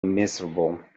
miserable